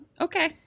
Okay